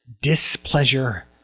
displeasure